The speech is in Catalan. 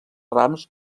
rams